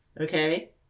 Okay